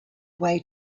way